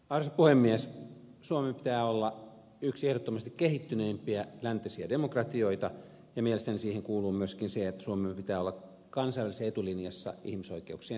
suomen pitää olla yksi ehdottomasti kehittyneimpiä läntisiä demokratioita ja mielestäni siihen kuuluu myöskin se että suomen pitää olla kansainvälisessä etulinjassa ihmisoikeuksien suhteen